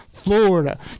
Florida